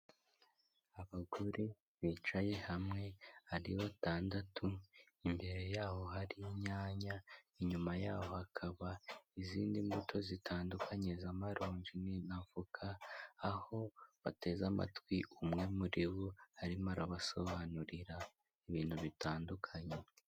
Abagore bicaye hamwe ari batandatu imbere yabo hari inyanya inyuma yabo hakaba izindi mbuto zitandukanye z’amaronji n’avoka aho bateze amatwi umwe muri bo arimo arabasobanurira ibintu bitandukanye.